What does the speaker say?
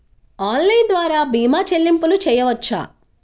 Online ద్వార భీమా చెల్లింపులు చేయవచ్చా?